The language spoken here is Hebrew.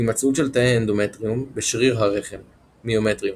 - הימצאות של תאי אנדומטריום בשריר הרחם מיומטריום.